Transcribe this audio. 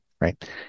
right